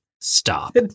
stop